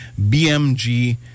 BMG